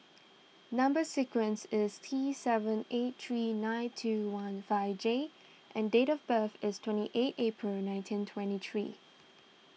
Number Sequence is T seven eight three nine two one five J and date of birth is twenty eight April nineteen twenty three